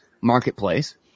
marketplace